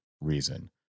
reason